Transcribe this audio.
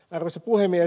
arvoisa puhemies